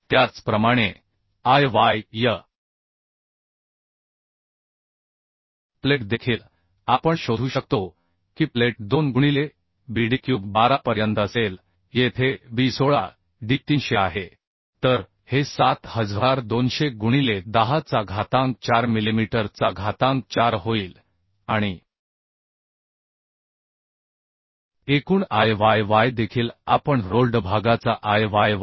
त्याचप्रमाणे Iy plate देखील आपण शोधू शकतो की प्लेट 2 गुणिले Bdक्यूब 12 पर्यंत असेल येथे B 16 डी 300 आहे तर हे 7200 गुणिले 10चा घातांक 4 मिलिमीटर चा घातांक 4 होईल आणि एकूण Iyy देखील आपण रोल्ड भागाचा Iyy